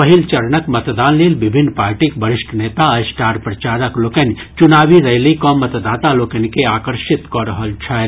पहिल चरणक मतदान लेल विभिन्न पार्टीक वरिष्ठ नेता आ स्टार प्रचारक लोकनि चुनावी रैली कऽ मतदाता लोकनि के आकर्षित कऽ रहल छथि